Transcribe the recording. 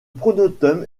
pronotum